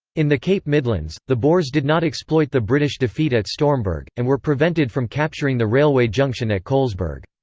in the cape midlands, the boers did not exploit the british defeat at stormberg, and were prevented from capturing the railway junction at colesberg.